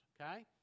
okay